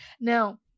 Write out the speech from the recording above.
Now